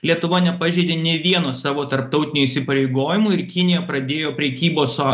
lietuva nepažeidė nei vieno savo tarptautinio įsipareigojimų ir kinija pradėjo prekybos a